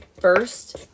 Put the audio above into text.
first